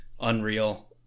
Unreal